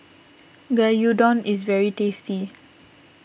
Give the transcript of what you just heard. Gyudon is very tasty